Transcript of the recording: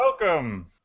welcome